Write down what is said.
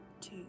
two